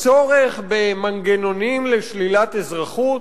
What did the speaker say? צורך במנגנונים לשלילת אזרחות?